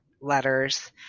letters